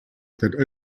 that